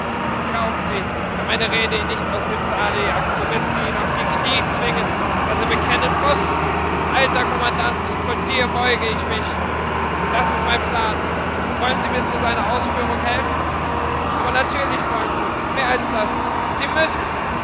und glauben sie wenn meine rede ihn nicht aus dem saale jagt so wird sie ihn auf die knie zwingen daß er bekennen muß alter kommandant vor dir beuge ich mich das ist mein plan wollen sie mir zu seiner ausführung helfen aber natürlich wollen sie mehr als das sie müssen